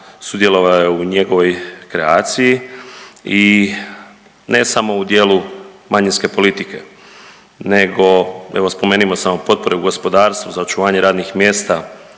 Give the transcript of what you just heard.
sudjelovao je u njegovoj kreaciji i ne samo u dijelu manjinske politike nego, evo spomenimo samo potpore u gospodarstvu za očuvanje radnih mjesta,